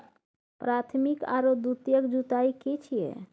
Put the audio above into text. प्राथमिक आरो द्वितीयक जुताई की छिये?